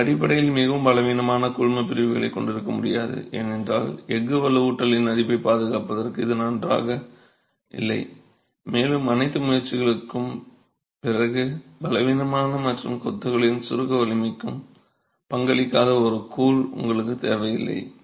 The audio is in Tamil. நீங்கள் அடிப்படையில் மிகவும் பலவீனமான கூழ்மப்பிரிப்புகளைக் கொண்டிருக்க முடியாது ஏனென்றால் எஃகு வலுவூட்டலின் அரிப்பைப் பாதுகாப்பதற்கு இது நன்றாக இல்லை மேலும் அனைத்து முயற்சிகளுக்குப் பிறகும் பலவீனமான மற்றும் கொத்துகளின் சுருக்க வலிமைக்கு பங்களிக்காத ஒரு கூழ் உங்களுக்குத் தேவையில்லை